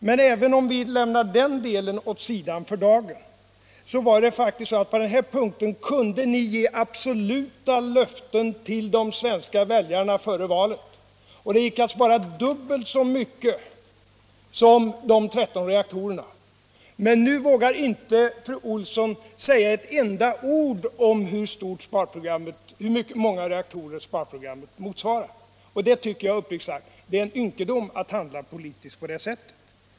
Men även om vi lämnar den saken därhän för dagen vill jag understryka att ni kunde ge absoluta löften till de svenska väljarna före valet om att det skulle vara möjligt att spara dubbelt så mycket som vad som motsvarar de 13 reaktorerna. Nu vågar fru Olsson inte säga ett enda ord om hur många reaktorer sparprogrammet motsvarar. Jag tycker uppriktigt sagt att det är en ynkedom att handla på det sättet i politiken.